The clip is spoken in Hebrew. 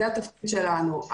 זה התפקיד שלנו.